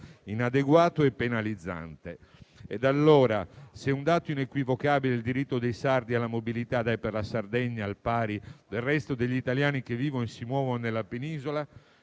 inadeguato e penalizzante. Se è un dato inequivocabile il diritto dei sardi alla mobilità da e per la Sardegna al pari del resto degli italiani che vivono e si muovono nella Penisola,